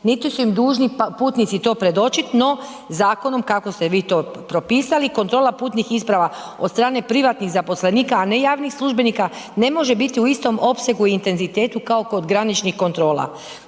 niti su im dužni putnici to predočiti, no zakonom kako ste vi to propisali kontrola putnih isprava od strane privatnih zaposlenika, a ne javnih službenika ne može biti u istom opsegu i intenzitetu kao kod graničnih kontrola.